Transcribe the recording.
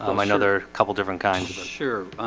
um another couple different kinds of sure.